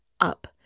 up